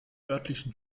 örtlichen